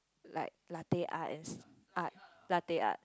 like latte art and art latte art